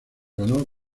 ganó